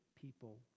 people